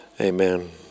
Amen